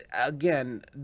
again